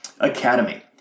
Academy